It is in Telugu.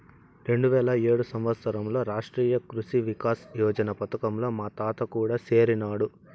రెండువేల ఏడు సంవత్సరంలో రాష్ట్రీయ కృషి వికాస్ యోజన పథకంలో మా తాత కూడా సేరినాడు